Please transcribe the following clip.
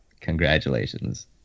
Congratulations